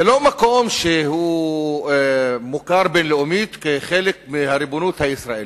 זה לא מקום שהוא מוכר בין-לאומית כחלק מהריבונות הישראלית.